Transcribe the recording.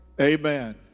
amen